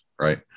Right